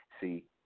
See